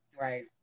Right